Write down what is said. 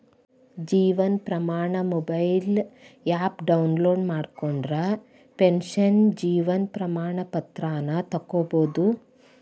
Jeevan Pramaan mobile app download ಮಾಡ್ಕೊಂಡ್ರ pension Jeevan Pramaan ಪತ್ರಾನ ತೊಕ್ಕೊಬೋದು